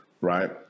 right